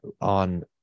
on